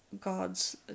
God's